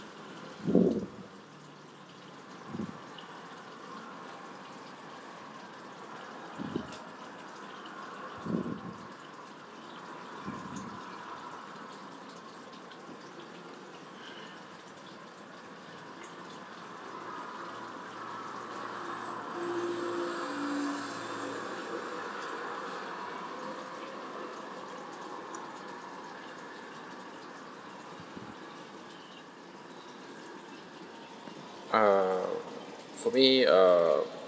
uh for me uh